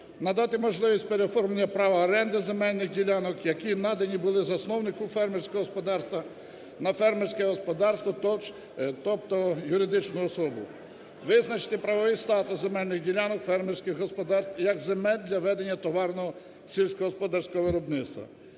надати можливість переоформлення права оренди земельних ділянок, які надані були засновнику фермерського господарства, на фермерське господарство, тобто юридичну особу; визначити правовий статус земельних ділянок фермерських господарств як земель для ведення товарного сільськогосподарського виробництва.